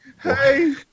Hey